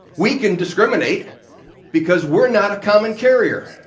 we can discriminate because we're not a common carrier.